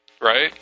right